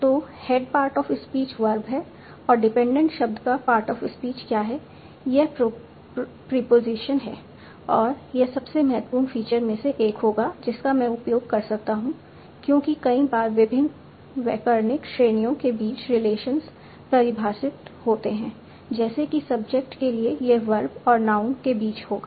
तो head part of speech verb है और डिपेंडेंट शब्द का पार्ट ऑफ स्पीच क्या है यह प्रीपोजिशन है और यह सबसे महत्वपूर्ण फीचर्स में से एक होगा जिसका मैं उपयोग कर सकता हूं क्योंकि कई बार विभिन्न व्याकरणिक श्रेणियों के बीच रिलेशंस परिभाषित होते हैं जैसे कि सब्जेक्ट के लिए यह वर्ब और नाउन के बीच होगा